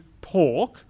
pork